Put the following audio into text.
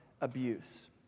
abuse